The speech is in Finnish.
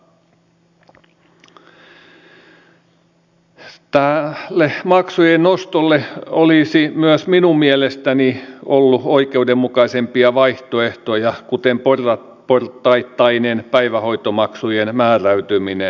tälle maksujen nostolle olisi myös minun mielestäni ollut oikeudenmukaisempia vaihtoehtoja kuten portaittainen päivähoitomaksujen määräytyminen